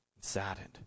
saddened